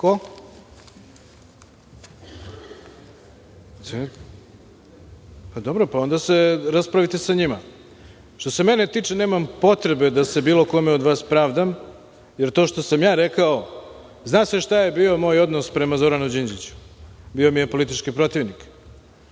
Ne znate valjda vi bolje od njih. Što se mene tiče nemam potrebe da se bilo kome od vas pravdam jer to što sam rekao, zna se šta je bio moj odnos prema Zoranu Đinđiću, bio mi je politički protivnik,